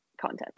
content